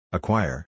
Acquire